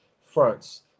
fronts